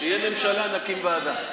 כשתהיה ממשלה, נקים ועדה.